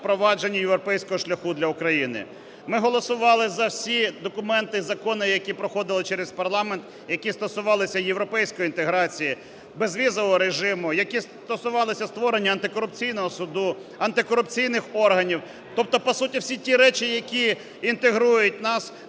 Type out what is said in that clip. впровадження європейського шляху для України. Ми голосували за всі документи і закони, які проходили через парламент, які стосувалися європейської інтеграції, безвізового режиму, які стосувалися створення Антикорупційного суду, антикорупційних органів, тобто по суті ті всі речі, які інтегрують нас